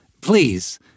please